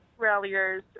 ralliers